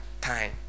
time